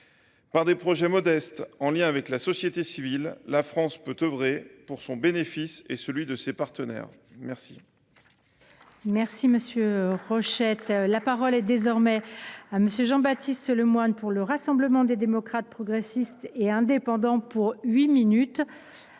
Par des projets modestes, en lien avec la société civile, la France peut œuvrer pour son bénéfice et celui de ses partenaires. La